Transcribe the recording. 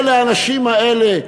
אלה האנשים האלה,